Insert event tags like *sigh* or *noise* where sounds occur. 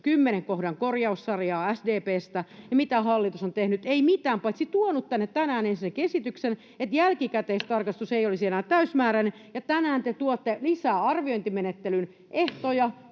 kymmenen kohdan korjaussarjaa. Mitä hallitus on tehnyt? Ei mitään, paitsi tuonut tänne tänään ensinnäkin esityksen, että jälkikäteistarkastus *noise* ei olisi enää täysimääräinen, ja tänään te tuotte lisää arviointimenettelyn ehtoja,